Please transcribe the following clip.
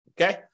Okay